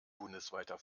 bundesweiter